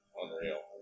unreal